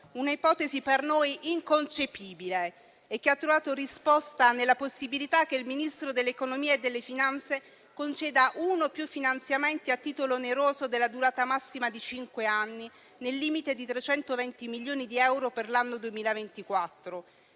un'ipotesi per noi inconcepibile, che ha trovato risposta nella possibilità che il Ministro dell'economia e delle finanze conceda uno o più finanziamenti a titolo oneroso della durata massima di cinque anni, nel limite di 320 milioni di euro per l'anno 2024,